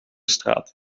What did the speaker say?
straat